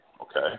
okay